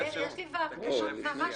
מהר, יש לי ועדת סייבר.